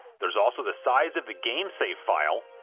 there's also the size of the game save file,